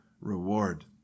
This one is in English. reward